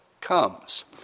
comes